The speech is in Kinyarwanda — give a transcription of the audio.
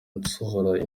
nsohora